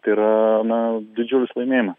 tai yra na didžiulis laimėjimas